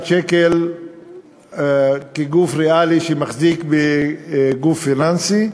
שקל כגוף ריאלי שמחזיק בגוף פיננסי,